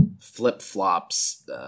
flip-flops